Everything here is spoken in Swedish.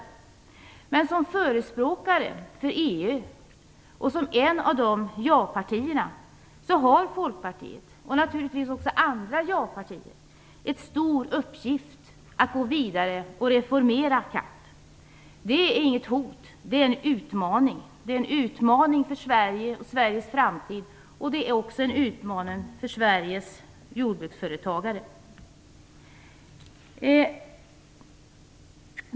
Som EU-förespråkare och som ett av ja-partierna har Folkpartiet, och naturligtvis också andra japartier, en stor uppgift i att gå vidare och reformera CAP. Det är inget hot. Det är en utmaning. Det är en utmaning för Sverige och Sveriges framtid, och det är också en utmaning för Sveriges jordbruksföretagare.